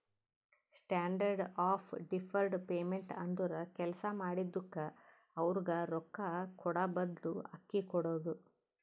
standard of deferred payment ಅಂದುರ್ ಕೆಲ್ಸಾ ಮಾಡಿದುಕ್ಕ ಅವ್ರಗ್ ರೊಕ್ಕಾ ಕೂಡಾಬದ್ಲು ಅಕ್ಕಿ ಕೊಡೋದು